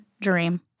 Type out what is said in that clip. dream